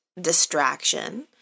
distraction